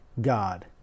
god